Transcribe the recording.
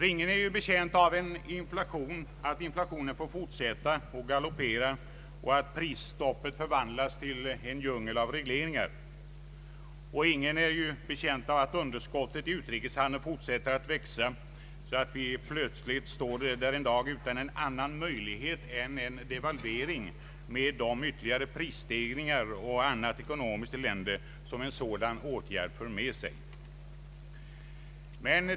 Ingen är betjänt av att inflationen får fortsätta att galoppera och att prisstoppet förvandlas till en djungel av regleringar. Ingen är betjänt av att underskottet i utrikeshandeln fortsätter att växa så att vi plötsligt står där en dag utan annan möjlighet än en devalvering, med de ytterligare prisstegringar och annat ekonomiskt elände som en sådan åtgärd för med sig.